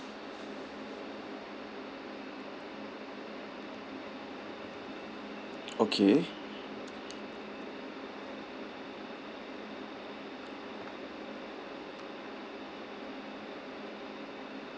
okay